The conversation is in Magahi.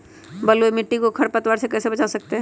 बलुई मिट्टी को खर पतवार से कैसे बच्चा सकते हैँ?